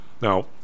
Now